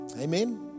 Amen